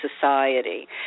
society